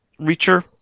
reacher